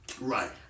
right